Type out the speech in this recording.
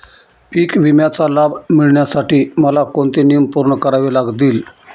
पीक विम्याचा लाभ मिळण्यासाठी मला कोणते नियम पूर्ण करावे लागतील?